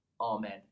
Amen